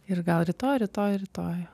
ir gal rytoj rytoj rytoj